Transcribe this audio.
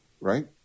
right